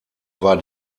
war